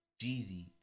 jeezy